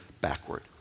backward